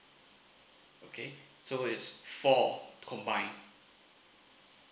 okay so is four combine